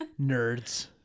nerds